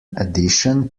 addition